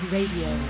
Radio